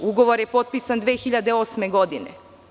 Ugovor je potpisan 2008. godine.